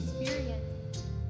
experience